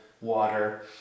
water